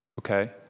Okay